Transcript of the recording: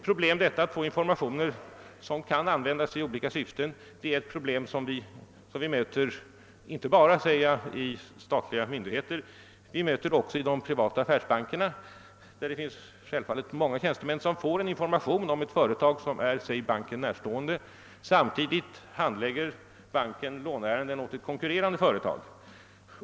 Problemet att få informationer som kan användas i olika syften möter man dessutom inte bara hos statliga myndigheter utan återkommer också hos de privata affärsbankerna, där självfallet i många fall en tjänsteman får information om ett företag som är banken närstående samtidigt som banken handlägger låneärenden åt ett konkurrerande företag.